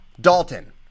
Dalton